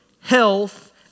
health